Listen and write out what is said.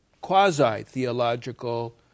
quasi-theological